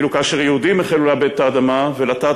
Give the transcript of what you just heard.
ואילו כאשר יהודים החלו לעבד את האדמה ולטעת